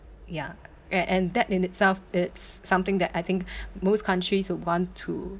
ya a~ and that in itself it's something that I think most countries would want to